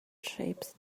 shapes